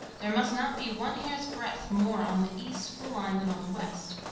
there must not be one hair's breadth more on the east of the line than on the west.